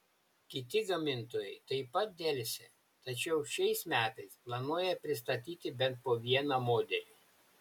kiti gamintojai taip pat delsia tačiau šiais metais planuoja pristatyti bent po vieną modelį